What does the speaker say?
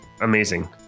amazing